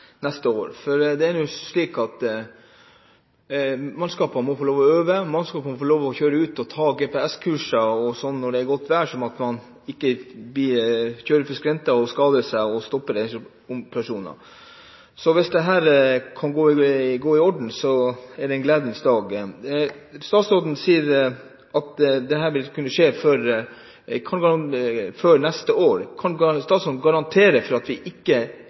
er slik at mannskapene må få øve – mannskapene må få lov til å kjøre, ta GPS-kurs osv. når det er godt vær, sånn at man ikke kjører utfor skrenter og skader seg. Så hvis dette går i orden, er det en gledens dag. Statsråden sier at dette vil kunne skje før neste år. Kan statsråden garantere at vi ikke er i denne situasjonen neste år, og at vi har innført regler innen neste påske? Det jeg kan garantere, er at